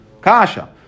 Kasha